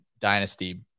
dynasty